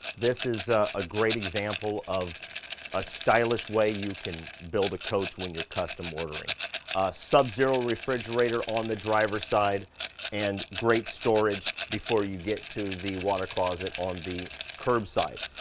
this is a great example of a stylish way you can build a coach when you're custom ordering. a sub-zero refrigerator on the driver's side and great storage before you get to the water closet on the curbside.